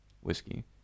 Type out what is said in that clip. whiskey